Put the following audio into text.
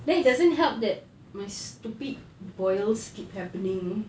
then it doesn't help that my stupid boils keep happening